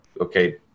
okay